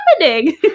happening